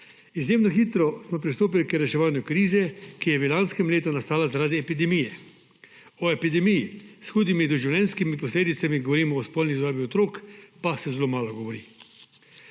Izjemno hitro smo pristopili k reševanju krize, ki je v lanskem letu nastala zaradi epidemije. O epidemiji s hudimi doživljenjskimi posledicami, govorim o spolni zlorabi otrok, pa se zelo malo govori.